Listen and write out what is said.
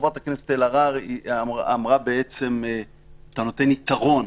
חברת הכנסת אלהרר אמרה שאתה נותן יתרון